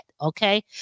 okay